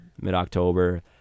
Mid-October